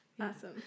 Awesome